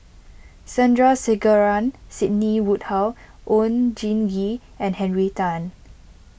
Sandrasegaran Sidney Woodhull Oon Jin Gee and Henry Tan